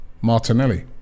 Martinelli